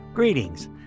Greetings